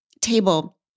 table